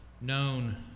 known